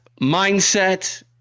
mindset